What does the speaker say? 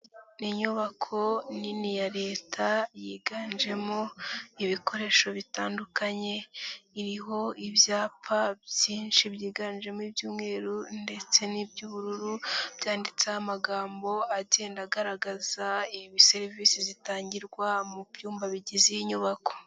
Ni inyubako nini ya Leta yiganjemo ibikoresho bitandukanye, iriho ibyapa byinshi byiganjemo iby'umweru ndetse n'iby'ubururu byanditseho amagambo agenda agaragaza serivisi zitangirwa mu byumba bigize iyi nyubako.